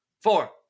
four